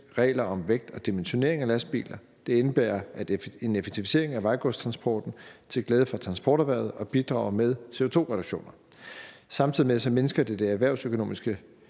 regler om vægt og dimensionering af lastbiler. Det indebærer en effektivisering af vejgodstransporten til glæde for transporterhvervet og bidrager med CO2-reduktioner. Samtidig hermed mindsker det de erhvervsøkonomiske